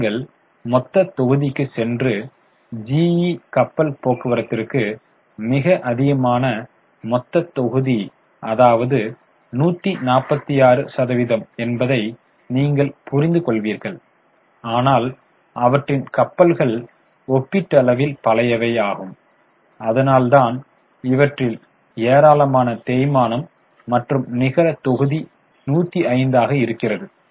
இப்போது நீங்கள் மொத்தத் தொகுதிக்குச் சென்று GE கப்பல் போக்குவரத்திற்கு மிக அதிகமான மொத்தத் தொகுதி அதாவது 146 சதவிகிதம் என்பதை நீங்கள் புரிந்துகொள்வீர்கள் ஆனால் அவற்றின் கப்பல்கள் ஒப்பீட்டளவில் பழையவை அதனால்தான் இவற்றில் ஏராளமான தேய்மானம் மற்றும் நிகர தொகுதி 105 ஆக இருக்கிறது